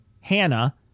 Hannah